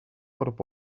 what